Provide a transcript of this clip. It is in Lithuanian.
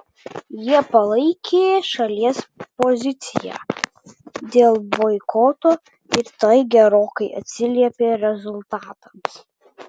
jie palaikė šalies poziciją dėl boikoto ir tai gerokai atsiliepė rezultatams